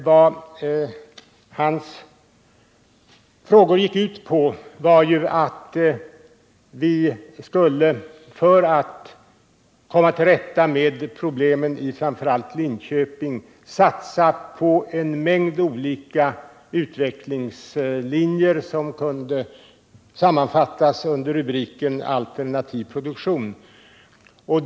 Christer Nilssons frågor gick ut på att vi för att komma till rätta med problemen i framför allt Linköping skulle satsa på en mängd olika utvecklingslinjer, som kunde sammanfattas under rubriken Alternativ produktion.